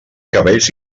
cabells